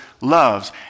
loves